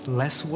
less